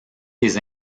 les